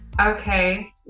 Okay